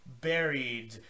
buried